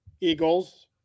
Eagles